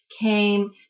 came